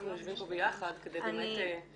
בשביל זה אנחנו יושבים פה ביחד כדי --- יש